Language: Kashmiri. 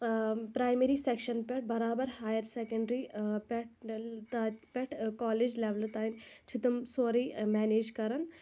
پرٛایمری سیکشَن پٮ۪ٹھ برابر ہایر سیکنٛٹری پٮ۪ٹھ پٮ۪ٹھ کالیج لیولہِ تام چھِ تِم سورُے مَنیج کَران